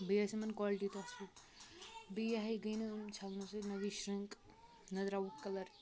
بیٚیہِ ٲس یِمَن کالٹی تہِ اَصٕل بیٚیہِ یِہوٚے گٔے نہٕ یِم چھَلنہٕ سۭتۍ نَہ گٔے شرٛنٛک نَہ دراوُکھ کَلَر